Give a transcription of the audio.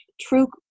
True